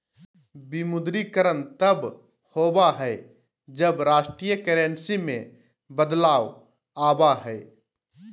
विमुद्रीकरण तब होबा हइ, जब राष्ट्रीय करेंसी में बदलाव आबा हइ